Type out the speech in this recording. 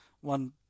one